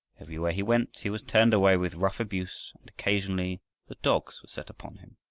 everywhere he went he was turned away with rough abuse, and occasionally the dogs were set upon him.